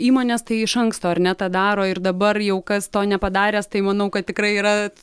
įmonės tai iš anksto ar ne tą daro ir dabar jau kas to nepadaręs tai manau kad tikrai yra